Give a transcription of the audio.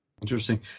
Interesting